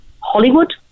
Hollywood